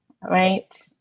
right